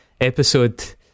episode